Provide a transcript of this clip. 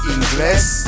English